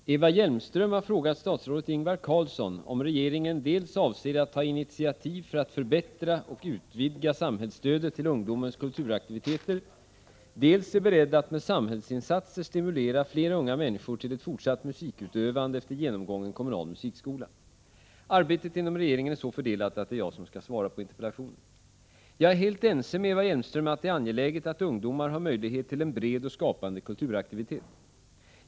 Herr talman! Eva Hjelmström har frågat statsrådet Ingvar Carlsson om regeringen dels avser att ta initiativ för att förbättra och utvidga samhällsstödet till ungdomens kulturaktiviteter, dels är beredd att med samhällsinsatser stimulera flera unga människor till ett fortsatt musikutövande efter genomgången kommunal musikskola. Arbetet inom regeringen är så fördelat att det är jag som skall svara på interpellationen. Jag är helt ense med Eva Hjelmström att det är angeläget att ungdomar har möjlighet till en bred och skapande kulturaktivitet.